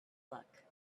luck